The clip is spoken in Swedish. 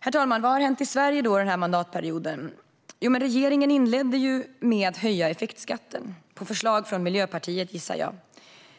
Herr talman! Vad har då hänt i Sverige den här mandatperioden? Regeringen inledde med att höja effektskatten - på förslag från Miljöpartiet, gissar jag.